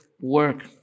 work